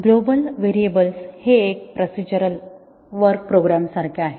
global variables हे एक procedural work program सारखे आहे